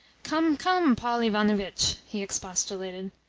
come, come, paul ivanovitch! he expostulated.